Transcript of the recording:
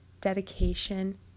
dedication